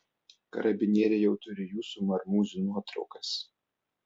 karabinieriai jau turi jūsų marmūzių nuotraukas